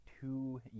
two